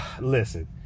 Listen